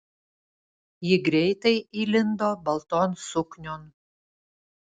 ji greitai įlindo balton suknion